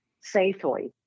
safely